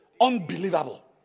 unbelievable